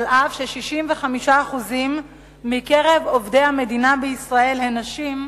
אף ש-65% מקרב עובדי המדינה בישראל הם נשים,